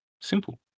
Simple